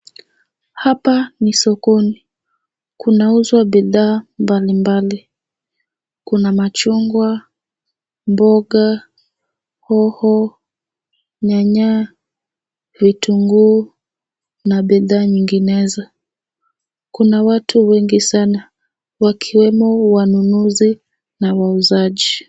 Hapa ni sokoni. Kunauzwa bidhaa mbali mbali. Kuna machungwa, mboga, hoho, nyanya, vitunguu, na bidhaa nyinginezo. Kuna watu wengi sana, wakiwemo wanunuzi na wauzaji.